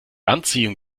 anziehung